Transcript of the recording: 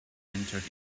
entered